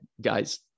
guys